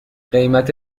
قیمت